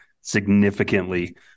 significantly